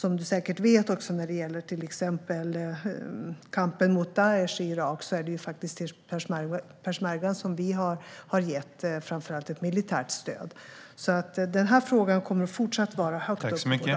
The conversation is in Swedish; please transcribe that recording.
När det gäller till exempel kampen mot Daish i Irak är det faktiskt peshmerga som vi har gett framför allt ett militärt stöd, vilket Markus Wiechel säkert vet. Den här frågan kommer att fortsätta vara högt upp på dagordningen.